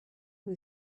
who